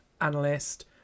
analyst